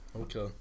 Okay